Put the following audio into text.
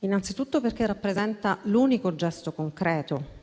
Innanzitutto, rappresenta l'unico gesto concreto